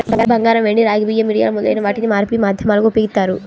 బంగారం, వెండి, రాగి, బియ్యం, మిరియాలు మొదలైన వాటిని మార్పిడి మాధ్యమాలుగా ఉపయోగిత్తారు